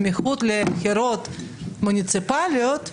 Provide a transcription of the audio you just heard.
סמיכות לבחירות מוניציפליות,